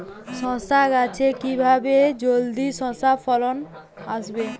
শশা গাছে কিভাবে জলদি শশা ফলন আসবে?